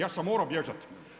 Ja sam morao bježati.